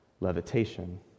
levitation